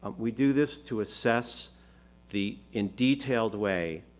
um we do this to assess the, in detailed way,